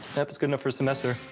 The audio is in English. yep, it's good enough for a semester.